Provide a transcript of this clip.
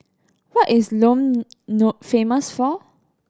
what is Lome famous for